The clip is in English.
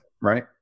right